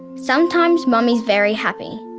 sometimes mummy is very happy,